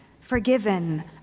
forgiven